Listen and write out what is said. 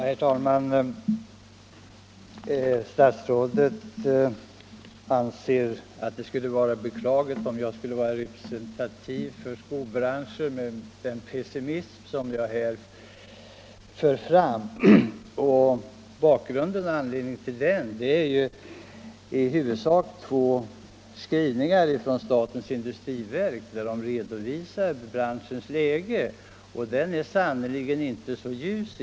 Herr talman! Statsrådet anser att det skulle vara beklagligt om jag skulle vara representativ för skobranschen på grund av den pessimism som jag här fört fram. Anledningen till min pessimism är i huvudsak två skrivningar av statens industriverk vid redovisningen av branschens läge. Den är sannerligen inte ljus!